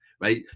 right